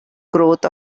growth